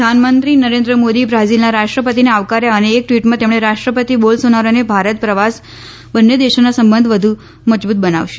પ્રધાનમંત્રી નરેન્દ્ર મોદીએ બ્રાઝિલના રાષ્ટ્રપતિને આવકાર્યા અને એક ટ્વીટમાં તેમણે રાષ્ટ્રપતિ બોલ સોનારોનો ભારત પ્રવાસ બંને દેશોના સંબંધ વધુ મજબૂત બનાવશે